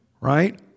Right